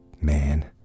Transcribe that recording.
man